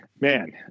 man